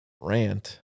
rant